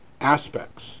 aspects